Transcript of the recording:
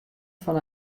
fan